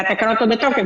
והתקנות עוד בתוקף,